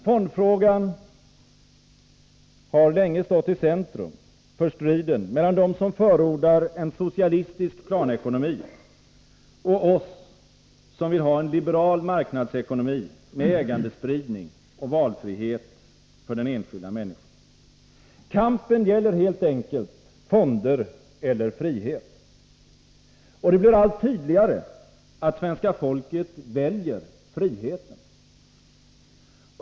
Fondfrågan har länge stått i centrum för striden mellan dem som förordar en socialistisk planekonomi och oss som vill ha en liberal marknadsekonomi med ägandespridning och valfrihet för den enskilda människan. Kampen gäller helt enkelt fonder eller frihet. Och det blir allt tydligare att svenska folket väljer friheten.